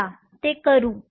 चला ते करू